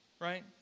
right